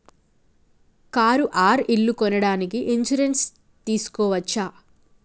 Car or ఇల్లు కొనడానికి insurance తీస్కోవచ్చా?